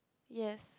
yes